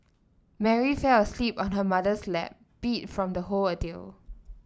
Mary fell asleep on her mother's lap beat from the whole ordeal